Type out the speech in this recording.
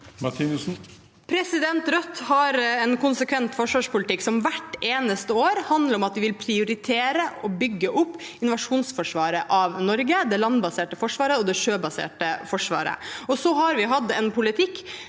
Martinussen (R) Rødt har en konsekvent forsvarspolitikk, som hvert eneste år handler om at vi vil prioritere å bygge opp invasjonsforsvaret av Norge, det landbaserte forsvaret og det sjøbaserte forsvaret. Og vi har hatt en politikk